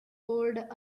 cold